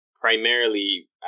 primarily